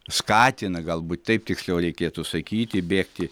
skatina galbūt taip tiksliau reikėtų sakyti bėgti